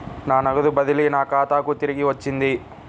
నా నగదు బదిలీ నా ఖాతాకు తిరిగి వచ్చింది